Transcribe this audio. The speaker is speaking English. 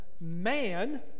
man